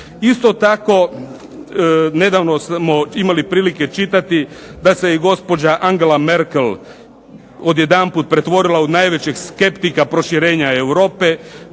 Isto tako nedavno smo imali prilike čitati da se i gospođa Angela Merkel odjedanput pretvorila u najvećeg skeptika proširenja Europe,